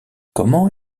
comment